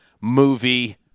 Movie